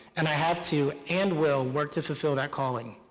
and i have to and will work to fulfill that calling.